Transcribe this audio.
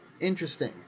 interesting